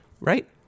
Right